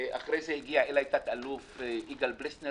ואחרי כן הגיע אליי תת אלוף יגאל פרסלר